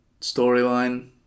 storyline